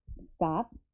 stop